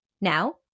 Now